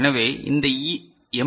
எனவே இந்த எம்